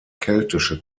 keltische